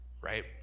right